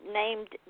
named